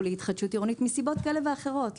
להתחדשות עירונית מסיבות כאלה ואחרות.